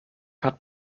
hat